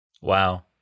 wow